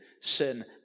sin